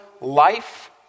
life